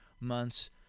months